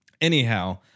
Anyhow